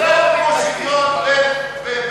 שתרגיש שאני שווה את זה.